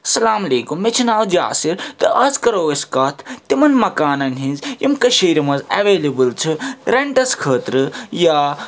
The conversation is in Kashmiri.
اَلسلامُ علیکُم مےٚ چھِ ناو جاسِر تہٕ آز کَرَو أسۍ کَتھ تِمَن مکانَن ہِنٛز یِم کٔشیٖرِ منٛز اٮ۪ویلیبٕل چھِ رٮ۪نٛٹَس خٲطرٕ یا